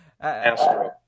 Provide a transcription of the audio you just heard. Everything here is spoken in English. Astro